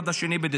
עד 2 בדצמבר.